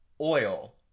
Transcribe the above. Oil